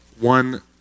One